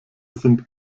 sind